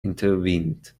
intervened